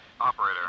Operator